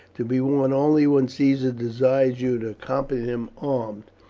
to be worn only when caesar desires you to accompany him armed.